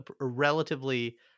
relatively